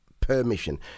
permission